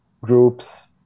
groups